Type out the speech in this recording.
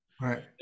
Right